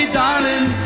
darling